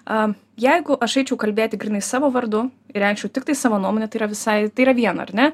a jeigu aš eičiau kalbėti grynai savo vardu ir reikščiau tiktai savo nuomonę tai yra visai tai yra viena ar ne